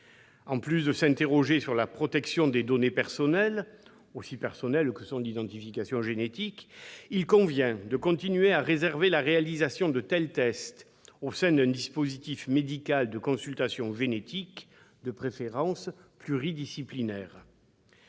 En plus de s'interroger sur la protection de données aussi personnelles que l'identification génétique, il convient de continuer à réserver la réalisation de tels tests au sein d'un dispositif médical de consultation génétique, de préférence pluridisciplinaire.